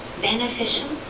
beneficial